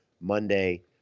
Monday